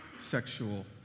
sexual